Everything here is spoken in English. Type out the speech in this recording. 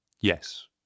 yes